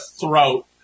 throat